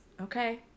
okay